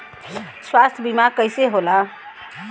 स्वास्थ्य बीमा कईसे होला?